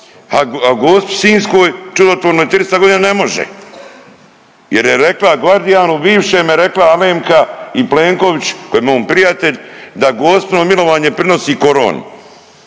a Gospi Sinjskoj čudotvornoj 300 godina ne može jer je rekla gvardijanu bivšem je rekla Alemka i Plenković koji mu je on prijatelj, da gospino milovanje prenosi koronu.